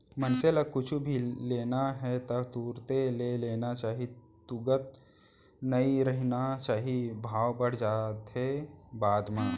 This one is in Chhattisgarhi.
मनसे ल कुछु भी लेना हे ता तुरते ले लेना चाही तुगत नइ रहिना चाही भाव बड़ जाथे बाद म